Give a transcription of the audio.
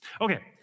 Okay